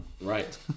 Right